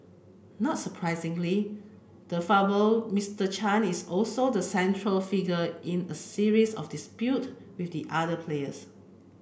not surprisingly the affable Mister Chan is also the central figure in a series of dispute with the other players